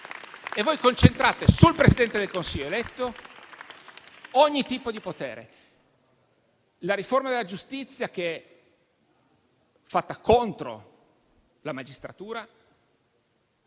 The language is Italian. Voi concentrate sul Presidente del Consiglio eletto ogni tipo di potere. Ricordo la riforma della giustizia fatta contro la magistratura